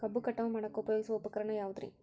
ಕಬ್ಬು ಕಟಾವು ಮಾಡಾಕ ಉಪಯೋಗಿಸುವ ಉಪಕರಣ ಯಾವುದರೇ?